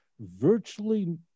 Virtually